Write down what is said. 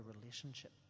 relationship